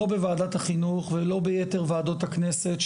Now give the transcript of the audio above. לא בוועדת החינוך ולא ביתר ועדות הכנסת,